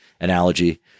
analogy